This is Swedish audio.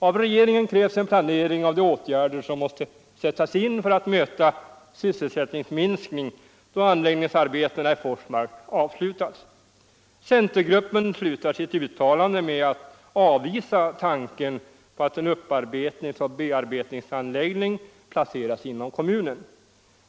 Av regeringen krävs en planering av de åtgärder som måste sättas in för att möta sysselsättningsminskningen då anläggningsarbetena i Forsmark avslutats. Centergruppen slutar sitt uttalande med att avvisa tanken på att en upparbetningsoch bearbetningsanläggning placeras inom kommunen.